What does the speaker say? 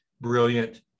brilliant